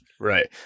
Right